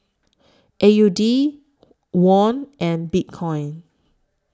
A U D Won and Bitcoin